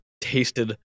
tasted